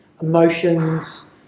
emotions